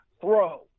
throw